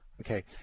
Okay